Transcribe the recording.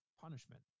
punishment